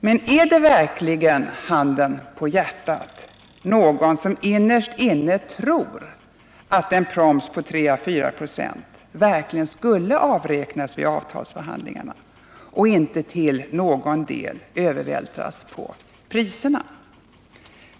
Men är det verkligen — handen på hjärtat — någon som innerst inne tror att en proms på 3 å 4 96 verkligen skulle avräknas vid avtalsförhandlingarna och inte till någon del övervältras på priserna?